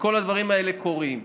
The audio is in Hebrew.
וכל הדברים האלה קורים.